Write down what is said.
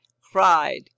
cried